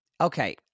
Okay